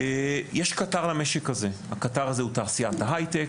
יש קטר למשק הזה, תעשיית ההייטק.